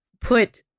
put